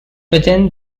within